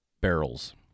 barrels